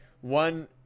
one